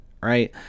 right